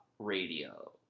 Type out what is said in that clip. Radio